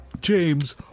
James